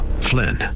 Flynn